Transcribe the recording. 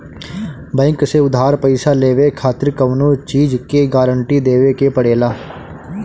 bank से उधार पईसा लेवे खातिर कवनो चीज के गारंटी देवे के पड़ेला